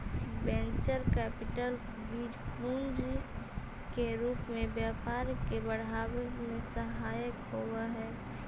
venture capital बीज पूंजी के रूप में व्यापार के बढ़ावे में सहायक होवऽ हई